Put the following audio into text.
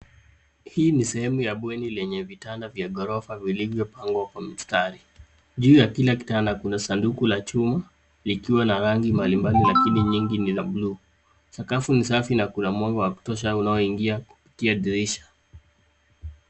Hii ni sehemu ya bweni lenye vitanda vya gorofa vilivyopangwa kwa mstari. Juu ya kila kitanda kuna sanduku la chuma nikiwa na rangi mbalimbali lakini nyingi ni la bluu sakafu ni safi na kuna moyo wa kutosha unaoingia kupitia dirisha.